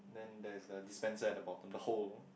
then there's the dispenser at the bottom the hole